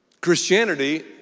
Christianity